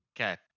Okay